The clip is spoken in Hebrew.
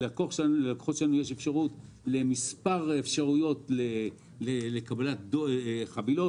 ללקוחות שלנו יש מספר אפשרויות לקבלת חבילות.